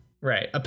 right